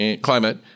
climate